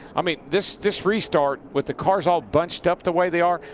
i mean, this this restart with the cars all bunched up the way they are,